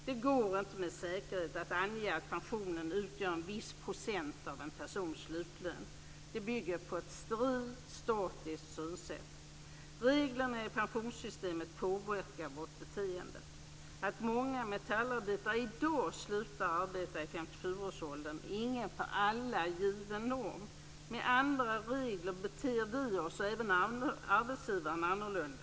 Det går inte med säkerhet att ange att pensionen utgör en viss procent av en persons slutlön. Det bygger på ett sterilt statiskt synsätt. Reglerna i pensionssystemet påverkar vårt beteende. Att många metallarbetare i dag slutar att arbeta i 57-årsåldern är ingen för alla given norm. Med andra regler beter vi oss och även arbetsgivarna annorlunda.